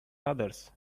others